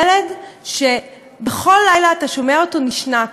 ילד שבכל לילה אתה שומע אותו נשנק.